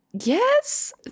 Yes